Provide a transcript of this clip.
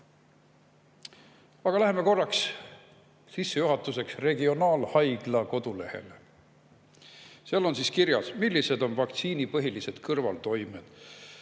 Aga läheme sissejuhatuseks korraks regionaalhaigla kodulehele. Seal on kirjas, millised on vaktsiini põhilised kõrvaltoimed.